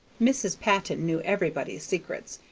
mrs. patton knew everybody's secrets,